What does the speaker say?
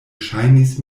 ŝajnis